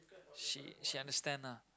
she she understand ah